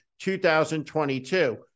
2022